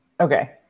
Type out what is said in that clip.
okay